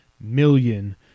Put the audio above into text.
million